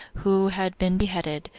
who had been beheaded,